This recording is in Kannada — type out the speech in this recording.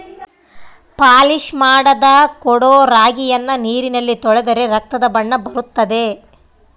ಪಾಲಿಶ್ ಮಾಡದ ಕೊಡೊ ರಾಗಿಯನ್ನು ನೀರಿನಲ್ಲಿ ತೊಳೆದರೆ ರಕ್ತದ ಬಣ್ಣ ಬರುತ್ತದೆ